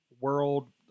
world